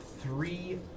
three